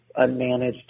unmanaged